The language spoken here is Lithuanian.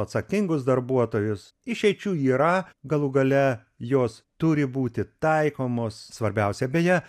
atsakingus darbuotojus išeičių yra galų gale jos turi būti taikomos svarbiausia beje